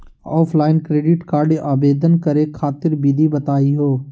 Offline credit card आवेदन करे खातिर विधि बताही हो?